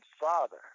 Father